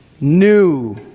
new